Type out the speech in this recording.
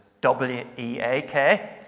W-E-A-K